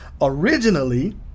Originally